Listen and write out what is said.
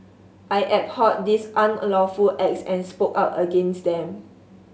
I abhorred these unlawful acts and spoke out against them